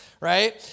right